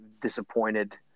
disappointed